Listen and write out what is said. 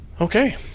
Okay